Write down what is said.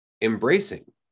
embracing